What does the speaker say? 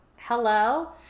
hello